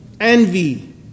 envy